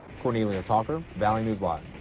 cornelius hocker. valley news live.